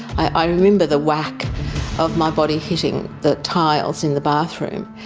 i remember the whack of my body hitting the tiles in the bathroom,